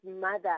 mother